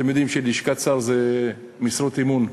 אתם יודעים שבלשכת שר זה משרות אמון.